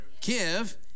Give